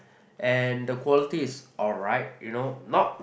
and the quality is alright you know not